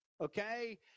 Okay